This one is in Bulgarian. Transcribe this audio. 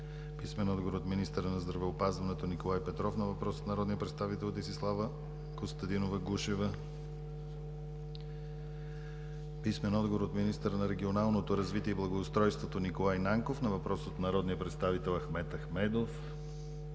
Александрова; - министъра на здравеопазването Николай Петров на въпрос от народния представител Десислава Костадинова-Гушева; - министъра на регионалното развитие и благоустройството Николай Нанков на въпрос от народния представител Ахмед Ахмедов;